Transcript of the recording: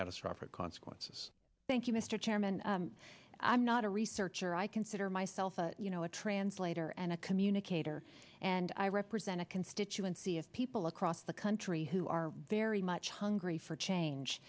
catastrophic consequences thank you mr chairman i'm not a researcher i consider myself a you know a translator and a communicator and i represent a constituency of people across the country who are very much hungry for change